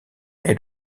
est